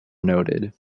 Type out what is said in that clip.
noted